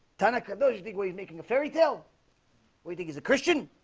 tonica though he's bigger he's making a fairy tale we think is a christian